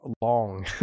long